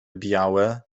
białe